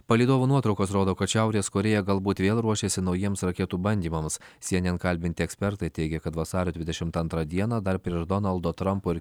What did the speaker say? palydovo nuotraukos rodo kad šiaurės korėja galbūt vėl ruošiasi naujiems raketų bandymams cyenen kalbinti ekspertai teigia kad vasario dvidešimt antrą dieną dar prieš donaldo trampo ir